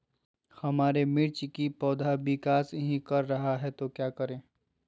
हमारे मिर्च कि पौधा विकास ही कर रहा है तो क्या करे?